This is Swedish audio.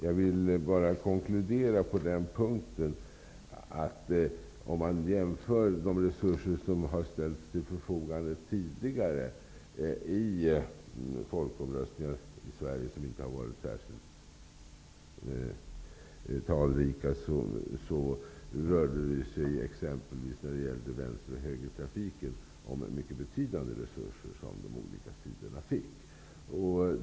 Jag vill på den punkten bara konkludera följande: I tidigare folkomröstningar i Sverige, som inte varit särskilt talrika, exempelvis i folkomröstningen om högertrafken, har betydande resurser ställts till de olika sidornas förfogande.